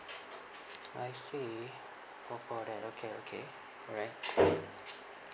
I see that okay okay alright